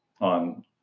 on